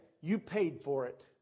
you-paid-for-it